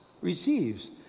receives